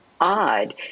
odd